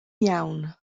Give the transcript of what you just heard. iawn